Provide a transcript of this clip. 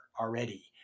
already